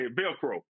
velcro